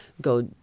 go